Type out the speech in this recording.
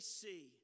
see